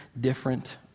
different